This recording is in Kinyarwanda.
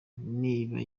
niba